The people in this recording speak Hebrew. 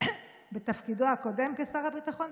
בתפקידו הקודם כשר הביטחון,